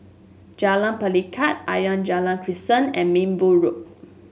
Jalan Pelikat Ayer Rajah Crescent and Minbu Road